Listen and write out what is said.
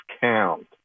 count